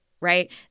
right